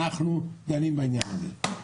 אנחנו דנים בעניין הזה.